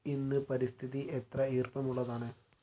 ഇന്ന് പരിസ്ഥിതി എത്ര ഈർപ്പമുള്ളതാണ്